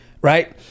right